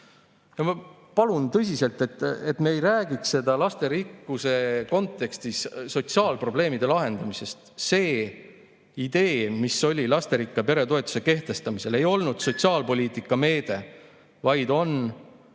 Ma palun tõsiselt, et me ei räägiks selle lasterikkuse kontekstis sotsiaalprobleemide lahendamisest. See idee, mis oli lasterikka pere toetuse kehtestamisel, ei olnud sotsiaalpoliitika meede, vaid oli